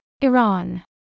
Iran